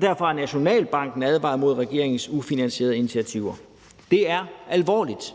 Derfor har Nationalbanken advaret mod regeringens ufinansierede initiativer. Det er alvorligt.